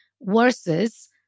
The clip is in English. versus